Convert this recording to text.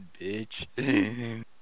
bitch